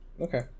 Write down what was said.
Okay